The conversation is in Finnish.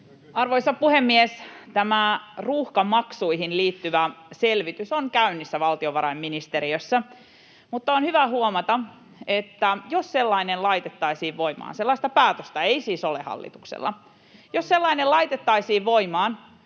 Arvoisa puhemies! Tämä ruuhkamaksuihin liittyvä selvitys on käynnissä valtiovarainministeriössä, mutta on hyvä huomata, että jos sellainen laitettaisiin voimaan — sellaista päätöstä ei siis ole hallituksella — jos sellainen laitettaisiin voimaan,